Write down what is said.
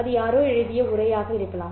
அது யாரோ எழுதிய உரையாக இருக்கலாம்